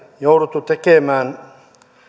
jouduttu tekemään